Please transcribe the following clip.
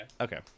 Okay